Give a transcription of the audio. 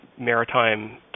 Maritime